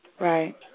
Right